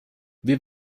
wir